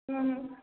হুম